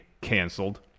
canceled